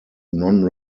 non